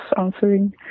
answering